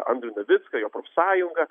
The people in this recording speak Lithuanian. andrių navicką jo profsąjungą